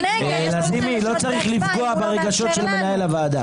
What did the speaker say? לזימי, לא צריך לפגוע ברגשות של מנהל הוועדה.